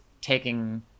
taking